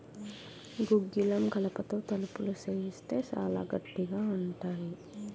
గుగ్గిలం కలపతో తలుపులు సేయిత్తే సాలా గట్టిగా ఉంతాయి